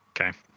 Okay